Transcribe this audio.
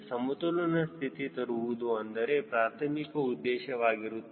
ಸಮತೋಲನ ಸ್ಥಿತಿಗೆ ತರುವುದು ಅದರ ಪ್ರಾರ್ಥಮಿಕ ಉದ್ದೇಶವಾಗಿರುತ್ತದೆ